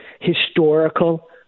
historical